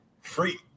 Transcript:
Free